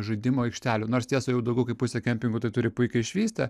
žaidimų aikštelių nors tiesa jau daugiau kaip pusę kempingų tai turi puikiai išvystę